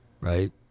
right